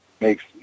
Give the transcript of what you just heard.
makes